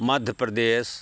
Madhya Pradesh